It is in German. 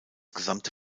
gesamte